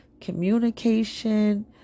communication